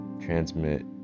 transmit